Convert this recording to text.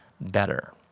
better